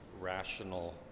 rational